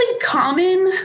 common